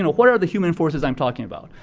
and what are the human forces i'm talking about?